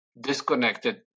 disconnected